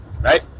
right